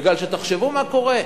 כי תחשבו מה קורה,